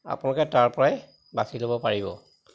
আপোনালোকে তাৰপৰাই বাচি ল'ব পাৰিব